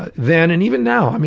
ah then, and even now,